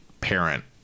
parent